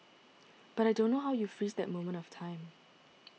but I don't know how you freeze that moment of time